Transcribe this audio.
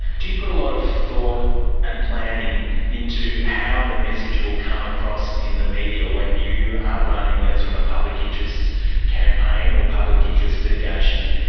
do you put a lot of thought and planning into how the message will come across in the media when you are running a sort of public interest campaign or public interest litigation?